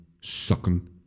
sucking